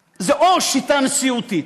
זה, או שיטה נשיאותית,